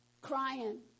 crying